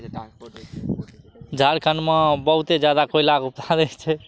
झारखण्डमे बहुते जादा कोयलाके उत्पाद छै